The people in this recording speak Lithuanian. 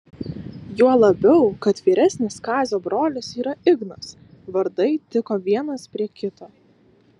juo labiau kad vyresnis kazio brolis yra ignas vardai tiko vienas prie kito